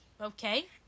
Okay